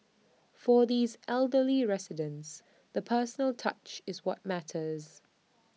for these elderly residents the personal touch is what matters